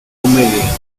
comedia